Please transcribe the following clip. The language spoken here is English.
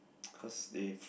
cause they